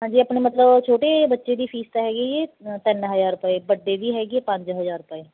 ਹਾਂਜੀ ਆਪਣੇ ਮਤਲਬ ਛੋਟੇ ਬੱਚੇ ਦੀ ਫੀਸ ਤਾਂ ਹੈਗੀ ਜੀ ਤਿੰਨ ਹਜ਼ਾਰ ਰੁਪਏ ਵੱਡੇ ਦੀ ਹੈਗੀ ਹੈ ਪੰਜ ਹਜ਼ਾਰ ਰੁਪਏ